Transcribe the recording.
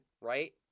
right